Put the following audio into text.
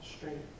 strength